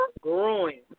growing